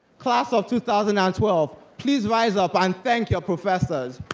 class of two thousand and twelve, please rise up and thank your professors